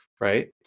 right